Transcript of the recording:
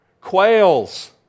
Quails